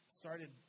started